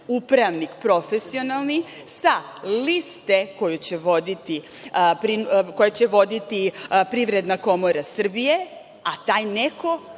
upravnik profesionalni sa liste koju će voditi Privredna komora Srbije, a taj neko